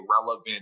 relevant